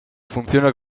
funciona